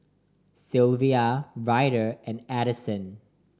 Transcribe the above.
Silvia Ryder and Adyson